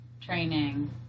training